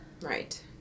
Right